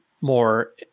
more